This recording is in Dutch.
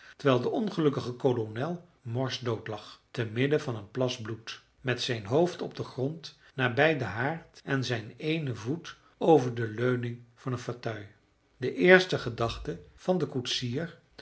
terwijl de ongelukkige kolonel morsdood lag te midden van een plas bloed met zijn hoofd op den grond nabij den haard en zijn eenen voet over de leuning van een fauteuil illustratie snelde de koetsier